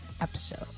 episode